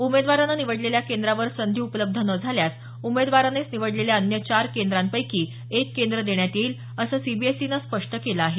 उमेदवाराने निवडलेल्या केंद्रावर संधी उपलब्ध न झाल्यास उमेदवारानेच निवडलेल्या अन्य चार केंद्रांपैकी एक केंद्र देण्यात येईल असं सीबीएसईनं स्पष्ट केलं आहे